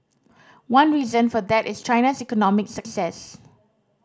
one reason for that is China's economic success